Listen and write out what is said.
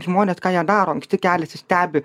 žmonės ką jie daro anksti keliasi stebi